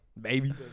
baby